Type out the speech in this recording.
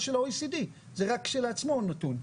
זה רק כשלעצמו נתון,